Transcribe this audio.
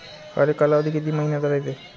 हरेक कालावधी किती मइन्याचा रायते?